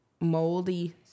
moldy